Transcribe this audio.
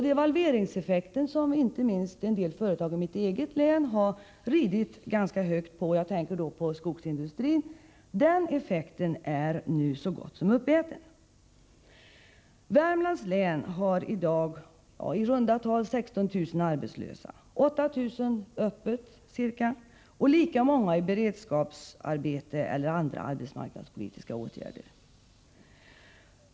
Devalveringseffekten, som inte minst en del företag i mitt eget län har ridit ganska högt på — jag tänker på skogsindustrin — är nu så gott som uppäten. Värmlands län har i dag i runda tal 16 000 arbetslösa, ca 8 000 öppet och lika många i beredskapsarbete eller andra arbetsmarknadspolitiska åtgärder.